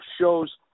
shows